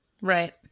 Right